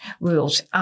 rules